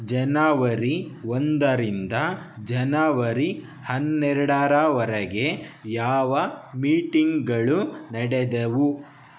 ಜನವರಿ ಒಂದರಿಂದ ಜನವರಿ ಹನ್ನೆರಡರವರೆಗೆ ಯಾವ ಮೀಟಿಂಗ್ಗಳು ನಡೆದವು